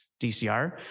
DCR